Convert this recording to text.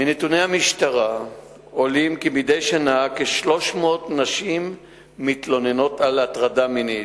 מנתוני המשטרה עולה כי מדי שנה כ-300 נשים מתלוננות על הטרדה מינית,